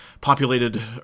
populated